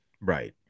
right